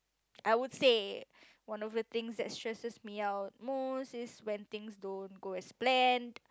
I would say one of the thing that stresses me out most is when things don't go as plan